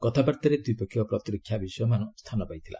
କଥାବାର୍ତ୍ତାରେ ଦ୍ୱିପକ୍ଷିୟ ପ୍ରତିରକ୍ଷା ବିଷୟମାନ ସ୍ଥାନ ପାଇଥିଲା